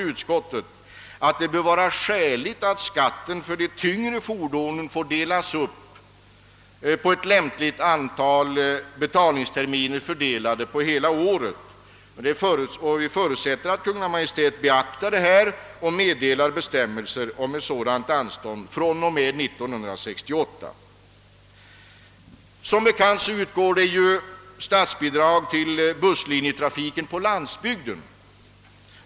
Utskottet finner det därför skäligt att fordonsskatten för de tyngre fordonen får delas upp på ett lämpligt antal betalningsterminer, under hela året, och vi förutsätter att Kungl. Maj:t beaktar detta och meddelar ändrade bestämmelser med verkan från och med år 1968. Som bekant utgår statsbidrag till busslinjetrafiken på landsbygden.